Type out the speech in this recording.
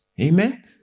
Amen